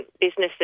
businesses